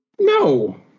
No